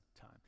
time